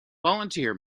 volunteer